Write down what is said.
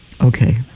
Okay